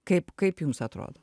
kaip kaip jums atrodo